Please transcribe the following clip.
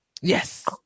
yes